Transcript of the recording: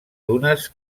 dunes